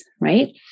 right